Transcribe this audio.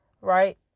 right